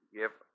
give